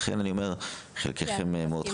לכן אני אומר שחלקכם מאוד חשוב.